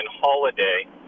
holiday